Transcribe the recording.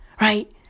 Right